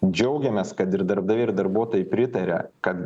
džiaugiamės kad ir darbdaviai ir darbuotojai pritaria kad